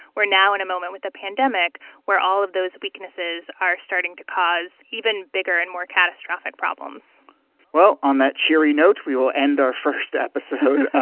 we're now in a moment with a pandemic where all of those weaknesses are starting to cause even bigger and more catastrophic problems well, on that cheery note, we will end our first episode.